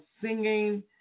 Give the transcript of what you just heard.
singing